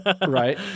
Right